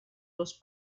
los